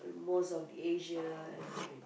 most of the Asia and